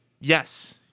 Yes